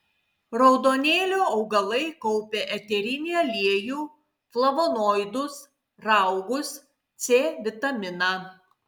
raudonėlio augalai kaupia eterinį aliejų flavonoidus raugus c vitaminą